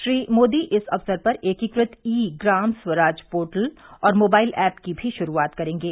श्री मोदी इस अवसर पर एकीकृत ई ग्राम स्वराज पोर्टल और मोबाइल ऐप की भी शुरूआत करेंगे